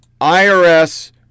IRS